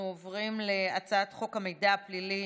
אנחנו עוברים להצעת חוק המידע הפלילי